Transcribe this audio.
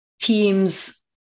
Teams